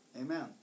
Amen